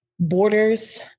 borders